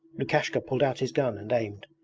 lukashka pulled out his gun and aimed,